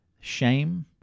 shame